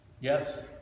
Yes